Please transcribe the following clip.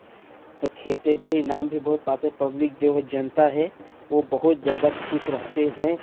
सब खेलते भी हैं इनाम भी बहुत पते है पब्लिक जो है जानता है वह बहुत ज़्यादा खुश रहते हैं